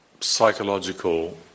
psychological